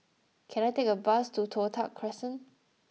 can I take a bus to Toh Tuck Crescent